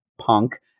punk